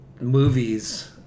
movies